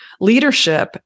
leadership